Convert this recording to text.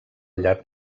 llarg